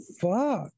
fuck